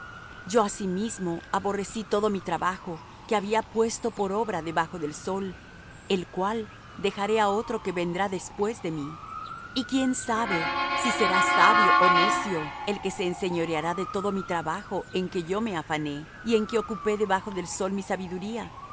yo asimismo aborrecí todo mi trabajo que había puesto por obra debajo del sol el cual dejaré á otro que vendrá después de mí y quién sabe si será sabio ó necio el que se enseñoreará de todo mi trabajo en que yo me afané y en que ocupé debajo del sol mi sabiduría